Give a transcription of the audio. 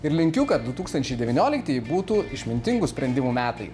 ir linkiu kad du tūkstančiai devynioliktieji būtų išmintingų sprendimų metai